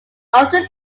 often